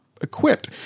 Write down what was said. equipped